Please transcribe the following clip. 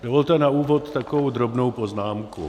Dovolte na úvod takovou drobnou poznámku.